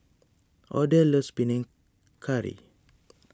Odell loves Panang Curry